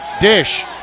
Dish